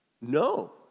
No